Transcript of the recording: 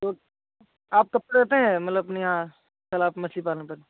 तो आप कब लेते हैं मतलब ई या तालाब मछली पालने पर